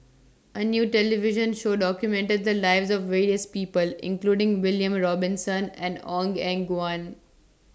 A New television Show documented The Lives of various People including William Robinson and Ong Eng Guan